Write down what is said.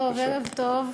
טוב,